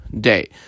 day